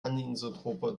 anisotroper